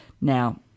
Now